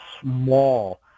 small